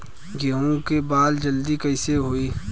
गेहूँ के बाल जल्दी कईसे होई?